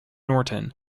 norton